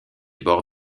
bords